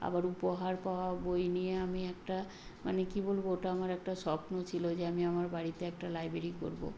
আবার উপহার পাওয়া বই নিয়ে আমি একটা মানে কী বলব ওটা আমার একটা স্বপ্ন ছিল যে আমি আমার বাড়িতে একটা লাইব্রেরি করব